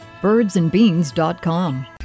BirdsandBeans.com